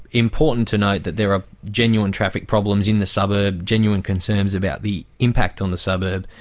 important to note that there are genuine traffic problems in the suburb, genuine concerns about the impact on the suburb,